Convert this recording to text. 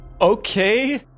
Okay